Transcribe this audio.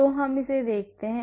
तो हम इसे देखते हैं